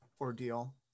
ordeal